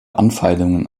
anfeindungen